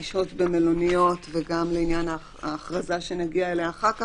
לשהות במלוניות וגם לעניין ההכרזה שנגיע אליה אחר כך,